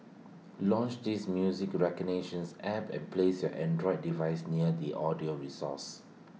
launch this music recognitions app and place your Android device near the audio resource